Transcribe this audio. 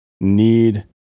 need